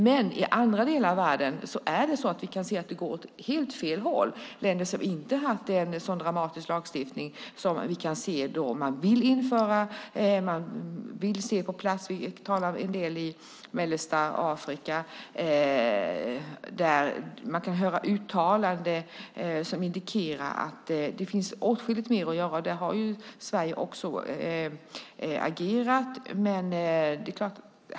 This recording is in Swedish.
Men i andra delar av världen kan vi se att det går åt helt fel håll. Det finns länder som inte har haft en så dramatisk lagstiftning. Jag talar om mellersta Afrika där man kan höra uttalanden som indikerar att det finns åtskilligt mer att göra. Där har Sverige också agerat.